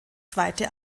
zweite